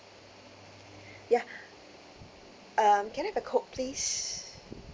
ya um can I have a coke please